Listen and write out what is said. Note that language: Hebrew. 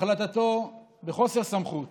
החלטתו בחוסר סמכות